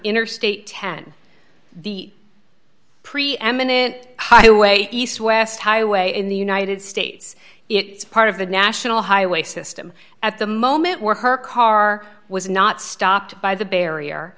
interstate ten the preeminent highway east west highway in the united states it's part of the national highway system at the moment where her car was not stopped by the barrier